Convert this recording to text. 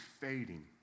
fading